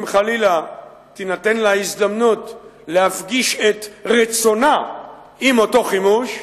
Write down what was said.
אם חלילה תינתן לה ההזדמנות להפגיש את רצונה עם אותו חימוש,